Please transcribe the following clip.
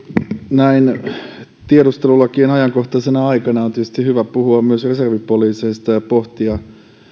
näin tiedustelulakien ajankohtaisena aikana on tietysti hyvä puhua myös reservipoliiseista ja pohtia